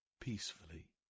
peacefully